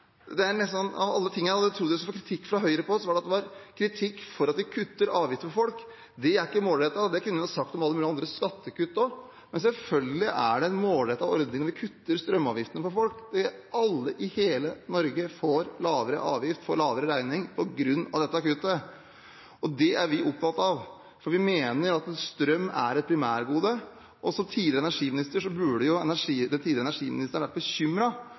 Av alle ting jeg hadde trodd jeg skulle få kritikk fra Høyre på, er det altså for at vi kutter avgifter for folk – det er ikke målrettet! Det kunne en jo sagt om alle mulige skattekutt også, men selvfølgelig er det en målrettet ordning når vi kutter strømavgiftene for folk. Alle i hele Norge får lavere avgift og lavere regning på grunn av dette kuttet, og det er vi opptatt av, for vi mener at strøm er et primærgode. Som tidligere energiminister burde hun jo vært bekymret for at den politikken hun selv har vært